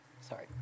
Sorry